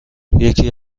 یکی